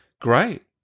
great